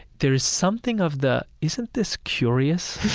there is something of the isn't this curious?